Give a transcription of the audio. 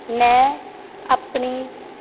ਮੈਂ ਆਪਣੀ